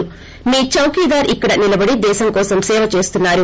మీ చౌకీదార్ ఇక్కడ నిలబడి దేశం కోసం సేవ చేస్తున్నారు